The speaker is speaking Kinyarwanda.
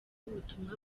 ubutumwa